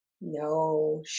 No